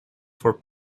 for